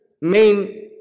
main